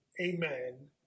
amen